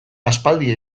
aspaldi